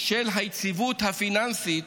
של היציבות הפיננסית